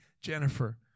Jennifer